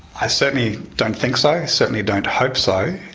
i certainly don't think so, i certainly don't hope so.